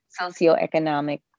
socioeconomic